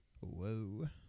whoa